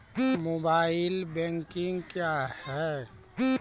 Mobile banking क्या हैं?